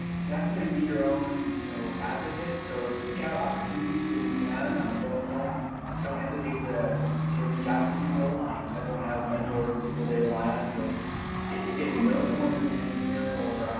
definitely be your own you know advocate so seek out opportunities when you can, don't don't don't hesitate to to reach out to people um everyone has mentors and people they rely on. so if you know someone who's an engineer or